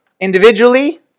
individually